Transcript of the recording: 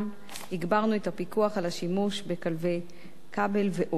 הגברנו את הפיקוח על השימוש בכלבי כבל ועוד.